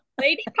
Lady